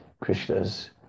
Krishna's